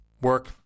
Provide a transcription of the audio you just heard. work